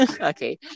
Okay